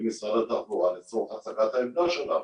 משרד התחבורה לצורך הצגת העמדה שלנו.